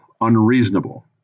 unreasonable